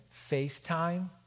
FaceTime